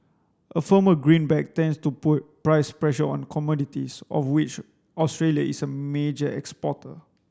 a firmer greenback tends to put price pressure on commodities of which Australia is a major exporter